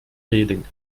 reling